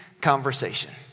conversation